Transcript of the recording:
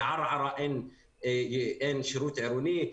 בערערה אין שירות עירוני,